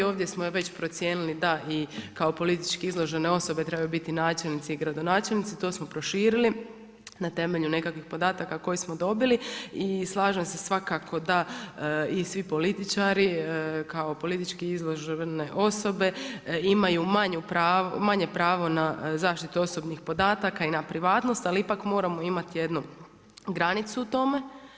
Ovdje smo već procijenili da i kao politički izložene osobe trebaju biti načelnici i gradonačelnici, to smo proširili na temelju nekakvih podataka koje smo dobili i slažem svakako da i svi političari, kao politički izložene osobe imaju manje pravo na zaštitu osobnih podataka i na privatnost ali ipak moramo imati jednu granicu u tome.